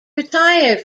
retired